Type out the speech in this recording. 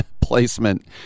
placement